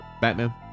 batman